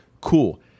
cool